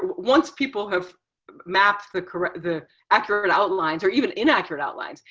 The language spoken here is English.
once people have mapped the correct, the accurate but outlines or even inaccurate outlines,